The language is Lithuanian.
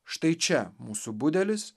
štai čia mūsų budelis